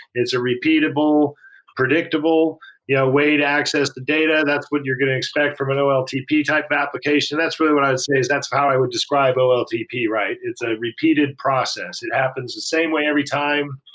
it's a repeatable predictable yeah way to access the data. that's what you're going to expect from an oltp type application. that's what i'd say. that's how i would describe oltp, right? it's a repeated process. it happens the same way every time.